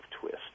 twist